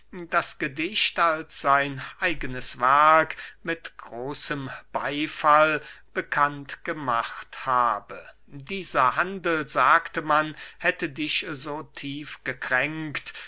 das gedicht als sein eigenes werk mit großem beyfall bekannt gemacht habe dieser handel sagte man hätte dich so tief gekränkt